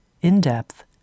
in-depth